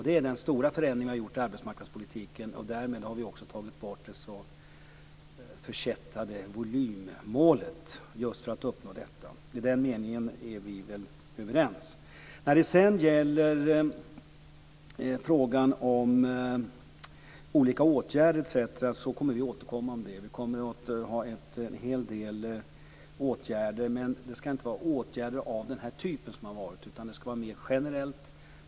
Det är den stora förändring vi har gjort i arbetsmarknadspolitiken. Därmed har vi också tagit bort det så förkättrade volymmålet. Det har vi gjort just för att uppnå detta. I den meningen är vi väl överens. Till frågan om olika åtgärder skall vi återkomma. Vi kommer att vidta en hel del åtgärder, men det skall inte vara åtgärder av den typ som har vidtagits hittills. Det skall vara mer generellt.